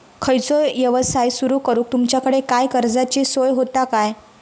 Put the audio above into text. खयचो यवसाय सुरू करूक तुमच्याकडे काय कर्जाची सोय होता काय?